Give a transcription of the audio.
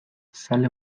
zale